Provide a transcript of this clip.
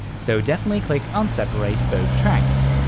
so definitely click on separate both tracks.